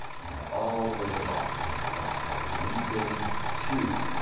and all the way at the bottom you have a fun called windings two,